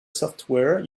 software